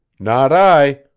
not i!